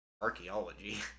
archaeology